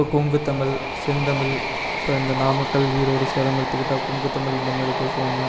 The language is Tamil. இப்போ கொங்குத்தமிழ் செந்தமிழ் இப்போ இந்த நாமக்கல் ஈரோடு சேலம் எடுத்துக்கிட்டால் கொங்குத்தமிழ் இந்த மாதிரி பேசுவாங்க